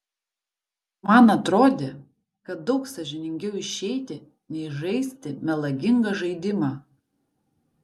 man atrodė kad daug sąžiningiau išeiti nei žaisti melagingą žaidimą